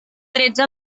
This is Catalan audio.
tretze